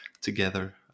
together